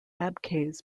abkhaz